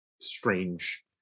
strange